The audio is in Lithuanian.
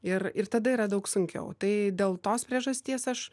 ir ir tada yra daug sunkiau tai dėl tos priežasties aš